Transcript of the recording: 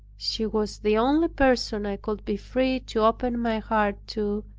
she was the only person i could be free to open my heart to,